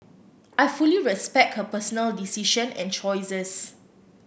I fully respect her personal decision and choices